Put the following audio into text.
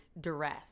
duress